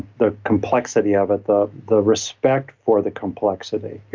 the complexity of it. the the respect for the complexity,